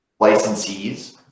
licensees